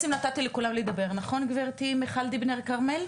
אני רוצה לסכם את הדיון בנושא דמי מחלה של העובדים הפלסטינים.